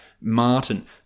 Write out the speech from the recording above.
Martin